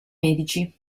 medici